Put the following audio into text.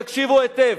תקשיבו היטב,